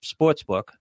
sportsbook